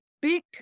big